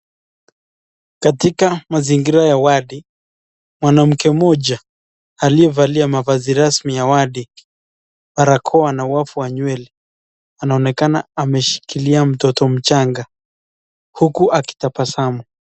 Katika mazingira ya wadi, mwanamke mmoja aliyevalia mavazi rasmi ya wadi, barakoa na wavu wa nywele anaonekana ameshikilia mtoto mchanga huku akitabasamu.